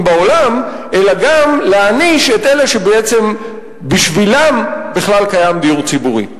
בעולם אלא גם להעניש את אלה שבעצם בשבילם בכלל קיים דיור ציבורי.